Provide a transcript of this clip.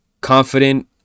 confident